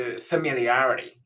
familiarity